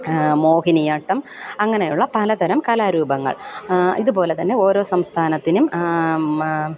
മോഹിനിയാട്ടം അങ്ങനെയുള്ള പലതരം കലാരൂപങ്ങൾ ഇതുപോലെ തന്നെ ഓരോ സംസ്ഥാനത്തിനും